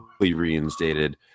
reinstated